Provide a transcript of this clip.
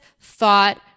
thought